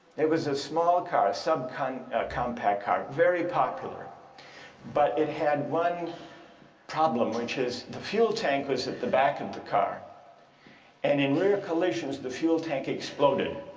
it was a small car, subcompact subcompact car, very popular but it had one problem which is the fuel tank was at the back of the car and in rear collisions the fuel tank exploded